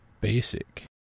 basic